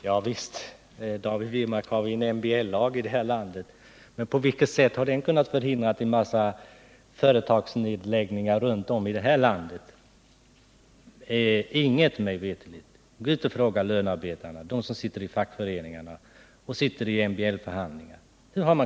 Herr talman! Ja, visst har vi en medbestämmandelag, David Wirmark. Men på vilket sätt har den kunnat förhindra företagsnedläggelser här i landet? Inte på något sätt, mig veterligt. Gå ut och fråga lönarbetarna, de som sitter i fackföreningar och i MBL-förhandlingar!